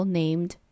named